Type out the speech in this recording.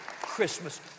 christmas